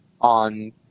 on